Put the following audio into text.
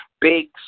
big